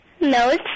No